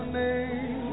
name